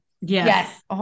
Yes